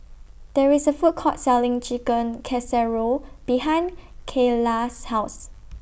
There IS A Food Court Selling Chicken Casserole behind Kaylah's House